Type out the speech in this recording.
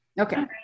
Okay